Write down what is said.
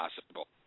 possible